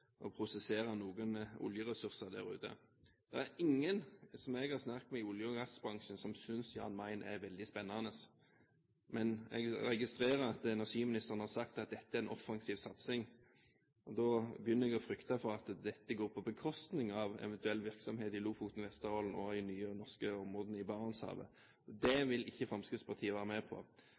å prosessere noen oljeressurser der ute? Det er ingen som jeg har snakket med i olje- og gassbransjen, som synes Jan Mayen er veldig spennende. Men jeg registrerer at energiministeren har sagt at dette er en offensiv satsing, og da begynner jeg å frykte for at dette går på beskostning av eventuell virksomhet i Lofoten og Vesterålen og i de nye norske områdene i Barentshavet. Det vil ikke Fremskrittspartiet være med på.